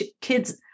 kids